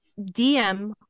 DM